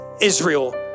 Israel